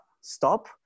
stop